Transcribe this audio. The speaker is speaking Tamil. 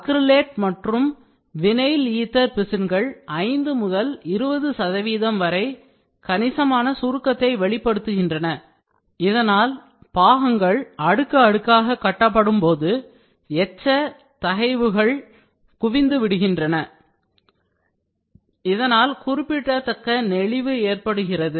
அக்ரிலேட் மற்றும் வினைல் ஈதர் பிசின்கள் 5 முதல் 20 சதவிகிதம் வரை கணிசமான சுருக்கத்தை வெளிப்படுத்துகின்றன இதனால் பாகங்கள் அடுக்கடுக்காக கட்டப்படும் போது எச்ச தகைவுகள் குவிந்துவிடுகின்றன இதனால் குறிப்பிடத்தக்க நெளிவு ஏற்படுகிறது